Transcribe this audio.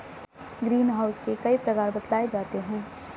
green house के कई प्रकार बतलाए जाते हैं